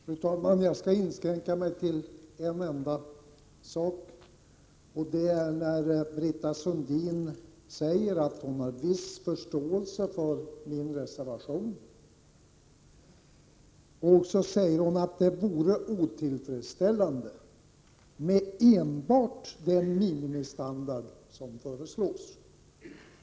Fru talman! Jag skall inskränka mig till att ta upp en enda sak. Britta Sundin sade att hon har en viss förståelse för min reservation och att det vore otillfredsställande med enbart den minimistandard som föreslås.